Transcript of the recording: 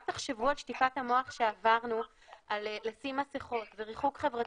רק תחשבו על שטיפת המוח שעברנו על לשים מסכות וריחוק חברתי,